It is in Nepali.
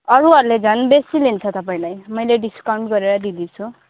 अरूहरूले झन् बेसी लिन्छ तपाईँलाई मैले डिस्काउन्ट गरेर दिँदैछु